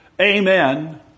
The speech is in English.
Amen